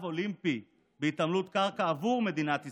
אולימפי בהתעמלות קרקע עבור מדינת ישראל.